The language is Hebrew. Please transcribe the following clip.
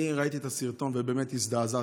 אני ראיתי את הסרטון, ובאמת הזדעזעתי.